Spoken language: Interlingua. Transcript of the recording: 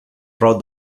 pro